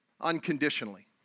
unconditionally